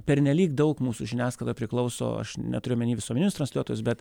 pernelyg daug mūsų žiniasklaida priklauso aš neturiu omeny visuomeninius transliuotojus bet